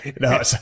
No